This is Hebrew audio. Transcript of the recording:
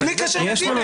זה בלי קשר לעדים.